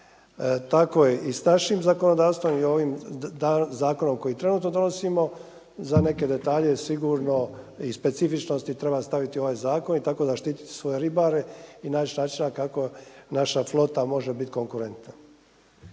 Tako i s našim zakonodavstvom, i ovim zakonom koji trenutno donosimo, za neke detalje sigurno i specifičnosti treba staviti ovaj zakon i tako zaštitit svoje ribare i naći načina kako naša flota može biti konkurentna.